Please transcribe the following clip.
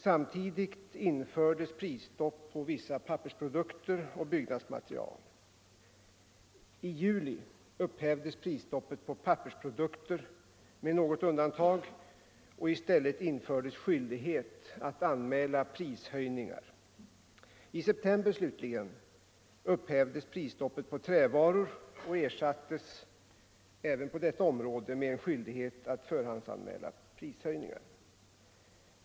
Samtidigt infördes prisstopp på vissa pappersprodukter och byggnadsmaterial. I juli upphävdes prisstoppet på pappersprodukter med något undantag och i stället infördes skyldighet att anmäla prishöjningar. I september slutligen upphävdes prisstoppet på trävaror och ersattes även på detta område med en skyldighet att förhandsanmäla prishöjningar.